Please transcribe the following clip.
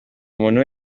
umuntu